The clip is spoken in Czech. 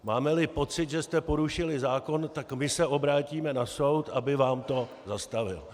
Mámeli pocit, že jste porušili zákon, tak my se obrátíme na soud, aby vám to zastavil.